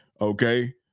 Okay